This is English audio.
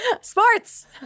Sports